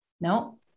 No